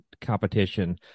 Competition